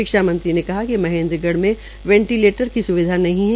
शिक्षामंत्री ने कहा कि महेन्द्रगढ़ में वेंटिलेटर की स्विधा नहीं है